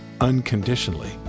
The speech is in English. Unconditionally